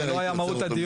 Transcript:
זה לא היה מהות הדיון,